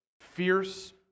fierce